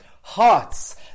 hearts